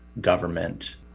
government